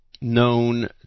known